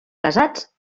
casats